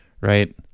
Right